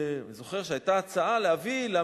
כמו שאמרתי קודם,